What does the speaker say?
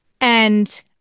And-